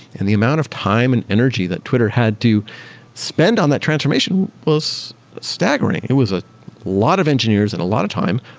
and the amount of time and energy that twitter had to spend on that transformation was staggering. it was a lot of engineers and a lot of time.